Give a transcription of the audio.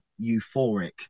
euphoric